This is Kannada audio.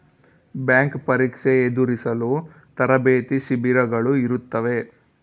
ಬ್ಯಾಂಕ್ ಪರೀಕ್ಷೆ ಎದುರಿಸಲು ತರಬೇತಿ ಶಿಬಿರಗಳು ಇರುತ್ತವೆ